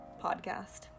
podcast